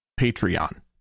Patreon